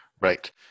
Right